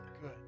good